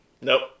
Nope